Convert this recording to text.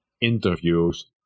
interviews